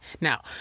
Now